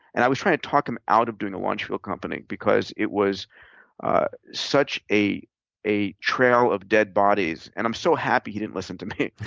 and i was trying to talk him out of doing a launch field company because it was such a a trail of dead bodies, and i'm so happy he didn't listen to me.